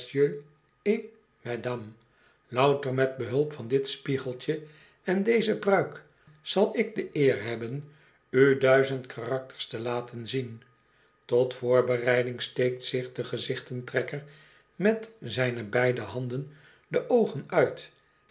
et mesdames louter met behulp van dit spiegeltje en deze pruik zal ik de oer hebben u duizend karakters te laten zien tot voorbereiding steekt zich de gezichten trekker met zijne beide handen de oogen uit